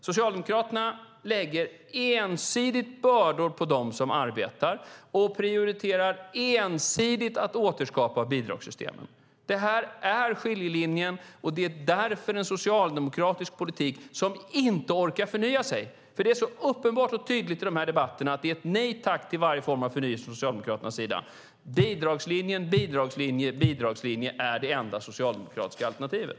Socialdemokraterna lägger ensidigt bördor på dem som arbetar och prioriterar ensidigt att återskapa bidragssystemen. Detta är skiljelinjen. Det finns en socialdemokratisk politik som inte orkar förnya sig. Det är uppenbart och tydligt i debatterna att det är ett nej tack till varje form av förnyelse från Socialdemokraternas sida. Bidragslinjen, bidragslinjen och bidragslinjen är det enda socialdemokratiska alternativet.